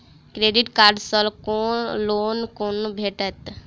Credit card सँ loan कोना भेटत?